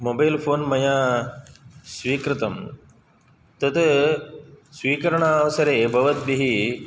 mobile phone मया स्वीकृतं तत् स्वीकरणावसरे भवद्भिः